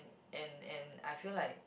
and and I feel like